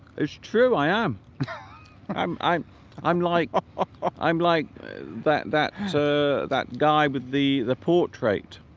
it's true i am i'm i'm i'm like ah i'm like that that so that guy with the the portrait